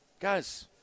Guys